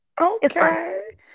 okay